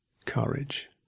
Courage